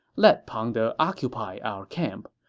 let pang de occupy our camp.